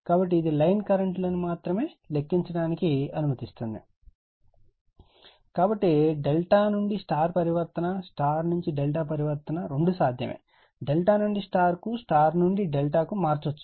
కాబట్టి ఇది line current లను మాత్రమే లెక్కించడానికి అనుమతిస్తుంది కాబట్టి ∆ Y పరివర్తన Y ∆ పరివర్తన రెండూ సాధ్యమే ∆ నుండి Y కు Y నుండి ∆ కు మార్చవచ్చు